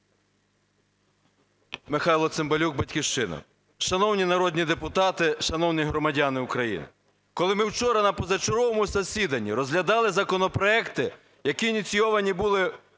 Михайло Цимбалюк, "Батьківщина". Шановні народні депутати, шановні громадяни України! Коли ми вчора на позачерговому засіданні розглядали законопроекти, які ініційовані були